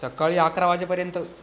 सकाळी अकरा वाजेपर्यंत